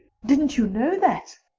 didn't you know that?